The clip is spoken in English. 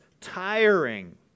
tiring